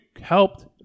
helped